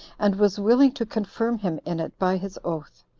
and was willing to confirm him in it by his oath.